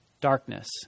Darkness